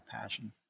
passion